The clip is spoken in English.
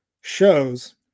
shows